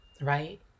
right